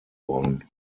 wollen